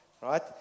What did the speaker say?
Right